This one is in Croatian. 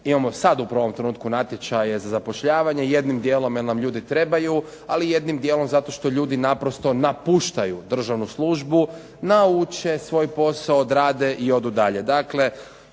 imamo sad upravo u ovom trenutku natječaje za zapošljavanje, jednim dijelom jer nam ljudi trebaju, ali jednim dijelom zato što ljudi naprosto napuštaju državnu službu, nauče svoj posao, odrade i odu dalje.